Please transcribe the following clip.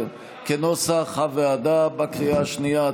כנוסח הוועדה, בקריאה השנייה.